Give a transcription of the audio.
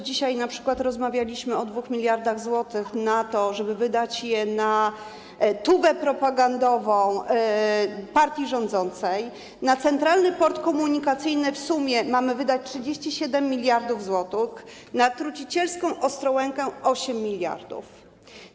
Dzisiaj np. rozmawialiśmy o 2 mld zł, o tym, żeby wydać je na tubę propagandową partii rządzącej, na Centralny Port Komunikacyjny w sumie mamy wydać 37 mld zł, na trucicielską Ostrołękę 8 mld zł.